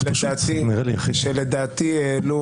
לפי דעתי העלו